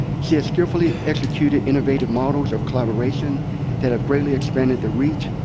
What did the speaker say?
she has skillfully executed innovative models of collaboration that have greatly expanded the reach,